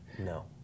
No